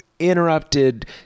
interrupted